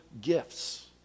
gifts